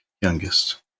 youngest